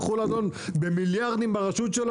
הוא יכול לדון במיליארדים ברשות שלו